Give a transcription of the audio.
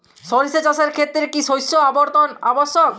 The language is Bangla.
সরিষা চাষের ক্ষেত্রে কি শস্য আবর্তন আবশ্যক?